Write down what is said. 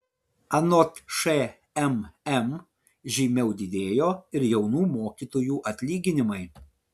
anot šmm žymiau didėjo ir jaunų mokytojų atlyginimai